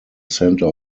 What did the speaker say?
center